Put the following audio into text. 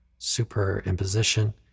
superimposition